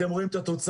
אתם רואים את התוצאה.